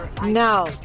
No